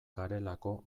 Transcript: garelako